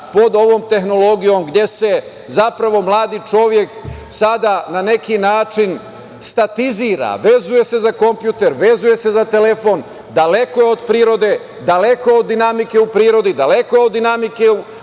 pod ovom tehnologijom, gde se zapravo mladi čovek, sada na neki način statizira, vezuje se za kompjuter, vezuje se za telefon, daleko je od prirode, daleko je od dinamike u prirodi, daleko je od dinamike u